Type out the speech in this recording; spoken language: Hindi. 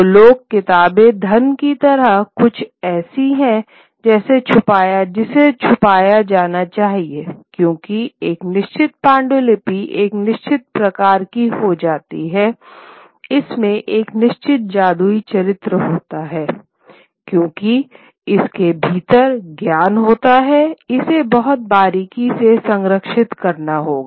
तो लोग किताबे धन की तरह कुछ ऐसी है जिसे छुपाया जाना चाहिए था क्योंकि एक निश्चित पांडुलिपि एक निश्चित प्रकार की हो जाती है इसमें एक निश्चित जादुई चरित्र होता है क्योंकि इसके भीतर ज्ञान होता है इसे बहुत बारीकी से संरक्षित करना होगा